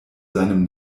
seinem